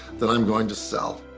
then i'm going to sell.